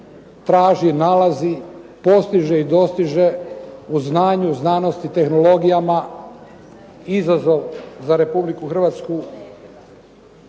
traži, nalazi, postiže i dostiže u znanju, znanosti, tehnologijama. Izazov za RH i u